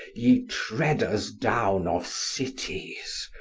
ye treaders down of cities,